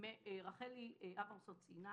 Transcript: רחלי אברמסון ציינה